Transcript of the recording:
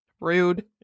rude